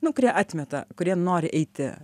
nu kurie atmeta kurie nori eiti